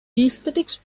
aesthetics